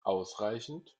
ausreichend